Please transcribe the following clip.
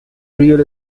real